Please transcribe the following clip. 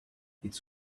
its